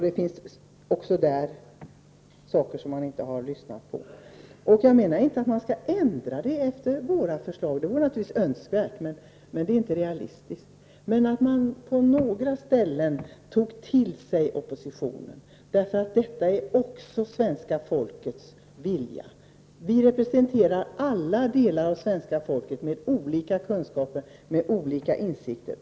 Där finns många saker som man inte har beaktat. Jag menar inte att man skall ändra förslaget efter vårt förslag — det vore naturligtvis önskvärt, men det är inte realistiskt att hoppas på det — men att man ändå kunde ta till sig något av oppositionens förslag, för det är också uttryck för svenska folkets vilja. Vi representerar olika delar av svenska folket med olika kunskaper och olika insikter.